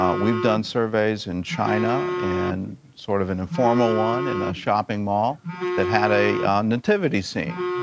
um we've done surveys in china, and sort of an informal one in a shopping mall that had a nativity scene.